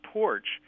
porch